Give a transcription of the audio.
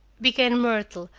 began myrtle,